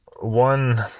one